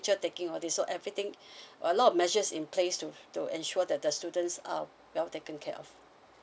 temperature taking all this sort everything a lot of measures in place to to ensure that the students are well taken care of